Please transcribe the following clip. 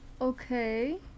Okay